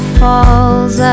falls